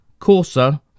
Corsa